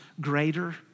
greater